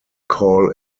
call